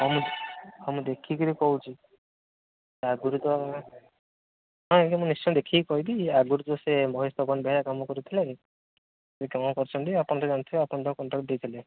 ହଁ ମୁଁ ହଁ ମୁଁ ଦେଖିକିରି କହୁଛି ଆଗରୁ ତ ହଁ ଆଜ୍ଞା ମୁଁ ନିଶ୍ଚୟ ଦେଖିକି କହିବି ଆଗରୁ ତ ସେ ବନ୍ଧେୟା କାମ କରୁଥିଲେ ଏ କାମ କରୁଛନ୍ତି ଆପଣ ତ ଜାଣିଥିବେ ଆପଣ ତ କଣ୍ଟାକ୍ଟ୍ ଦେଇଥିଲେ